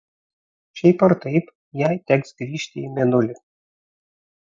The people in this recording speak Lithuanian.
šiaip ar taip jai teks grįžti į mėnulį